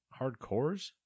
Hardcores